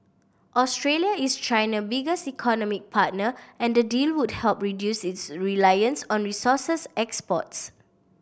Australia is China biggest economic partner and the deal would help reduce its reliance on resources exports